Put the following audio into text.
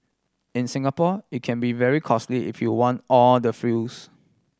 in Singapore it can be very costly if you want all the frills